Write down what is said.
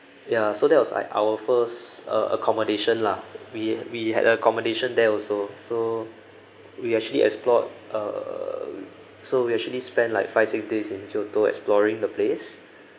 ya so that was like our first uh accommodation lah we we had accommodation there also so we actually explored err so we usually spend like five six days in kyoto exploring the place